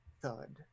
thud